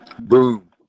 boom